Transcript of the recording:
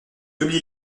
oubliez